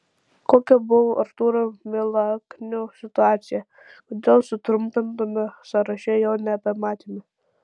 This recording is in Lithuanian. kokia buvo artūro milaknio situacija kodėl sutrumpintame sąraše jo nebepamatėme